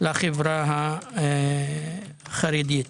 - לחברה החרדית.